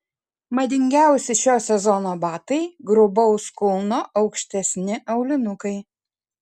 madingiausi šio sezono batai grubaus kulno aukštesni aulinukai